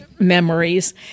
memories